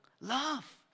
love